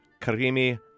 Karimi